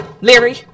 Leary